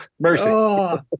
mercy